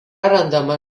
randama